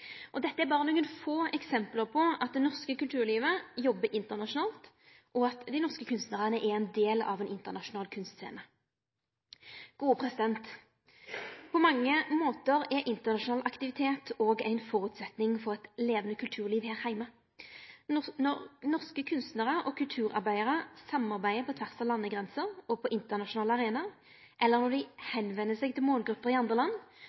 Venezia. Dette er berre nokre få eksempel på at det norske kulturlivet jobbar internasjonalt, og at dei norske kunstnarane er ein del av ein internasjonal kunstscene. På mange måtar er internasjonal aktivitet òg ein føresetnad for eit levande kulturliv her heime. Når norske kunstnarar og kulturarbeidarar samarbeider på tvers av landegrensene og på den internasjonale arenaen, eller når dei vender seg til målgrupper i andre land,